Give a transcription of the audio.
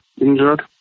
injured